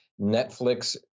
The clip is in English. Netflix